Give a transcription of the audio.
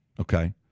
okay